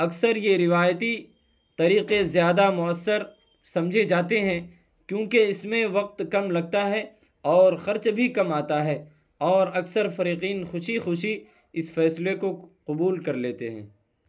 اکثر یہ روایتی طریقے زیادہ مؤثر سمجھے جاتے ہیں کیونکہ اس میں وقت کم لگتا ہے اور خرچ بھی کم آتا ہے اور اکثر فریقین خوشی خوشی اس فیصلے کو قبول کر لیتے ہیں